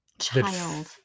Child